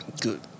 Good